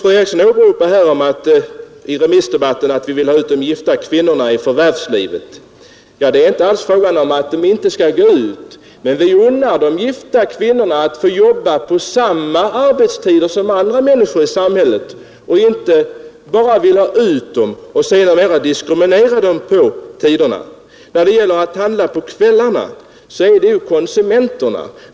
Fru Eriksson åberopade remissdebatten och sade att vi vill ha ut de gifta kvinnorna i förvärvslivet. Ja, det är inte alls fråga om att de inte skall gå ut i förvärvslivet. Men vi unnar de gifta kvinnorna att få arbeta på samma arbetstider som andra människor i samhället. Vi vill inte bara ha ut dem på arbetsmarknaden och sedan diskriminera dem när det gäller arbetstiderna. De som kan handla på kvällarna är ju konsumenterna.